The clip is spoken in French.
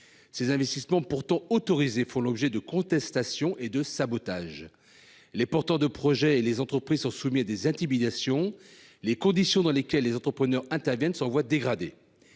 Ces investissements, pourtant autorisés, font l'objet de contestations et de sabotages. Les porteurs de projet et les entreprises sont soumis à des intimidations. Les conditions dans lesquelles les entrepreneurs interviennent s'en voient dégradées.